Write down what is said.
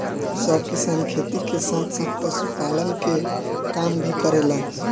सब किसान खेती के साथ साथ पशुपालन के काम भी करेलन